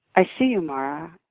i see you mara.